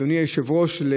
אדוני היושב-ראש,